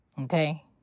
Okay